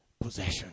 possession